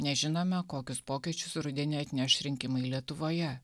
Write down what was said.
nežinome kokius pokyčius rudenį atneš rinkimai lietuvoje